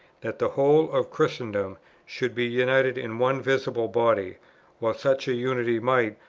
that the whole of christendom should be united in one visible body while such a unity might,